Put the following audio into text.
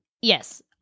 Yes